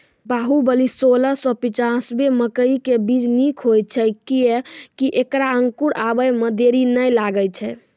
बाहुबली सोलह सौ पिच्छान्यबे मकई के बीज निक होई छै किये की ऐकरा अंकुर आबै मे देरी नैय लागै छै?